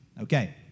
okay